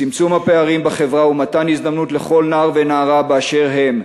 צמצום הפערים בחברה ומתן הזדמנות לכל נער ונערה באשר הם,